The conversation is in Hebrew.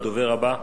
הדובר הבא,